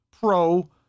pro